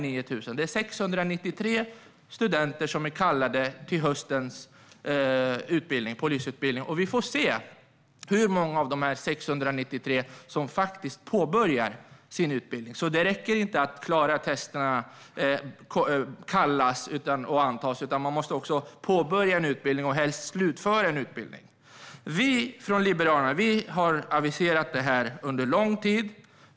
Men det är 693 av dessa 9 000 studenter som är kallade till höstens polisutbildning. Vi får se hur många av dessa 693 som faktiskt påbörjar sin utbildning. Det räcker inte att de bara klarar testerna, kallas och antas. De måste också påbörja och helst slutföra utbildningen. Vi från Liberalerna har aviserat detta under lång tid.